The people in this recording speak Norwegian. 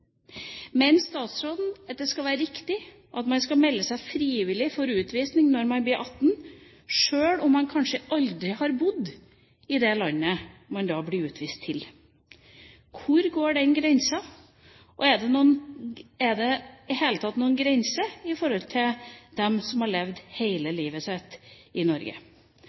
Mener statsråden at det er riktig at man skal melde seg frivillig for utvisning når man blir 18, selv om man kanskje aldri har bodd i det landet man da blir utvist til? Hvor går den grensen? Og er det i det hele tatt noen grense når det gjelder de som har levd hele livet sitt i Norge?